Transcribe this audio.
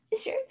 Sure